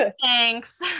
Thanks